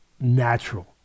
Natural